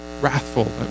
wrathful